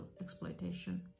exploitation